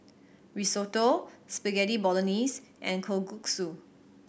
Risotto Spaghetti Bolognese and Kalguksu